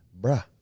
bruh